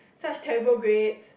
such terrible grades